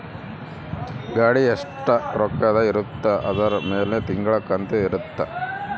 ಗಾಡಿ ಎಸ್ಟ ರೊಕ್ಕದ್ ಇರುತ್ತ ಅದುರ್ ಮೇಲೆ ತಿಂಗಳ ಕಂತು ಇರುತ್ತ